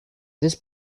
this